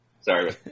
Sorry